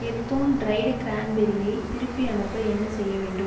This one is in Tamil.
எர்தோன் டிரைடு கிரேன்பெர்ரியை திருப்பி அனுப்ப என்ன செய்ய வேண்டும்